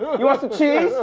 you want some cheese?